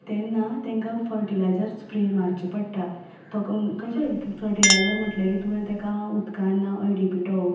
तेन्ना तांकां fertiliser spray मारची पडटा फर्टिलायझर म्हटलें की तुवें ताका उदकांत हळदी पिठो